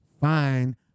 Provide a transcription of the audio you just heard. fine